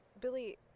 Billy